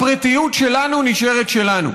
הפרטיות שלנו נשארת שלנו.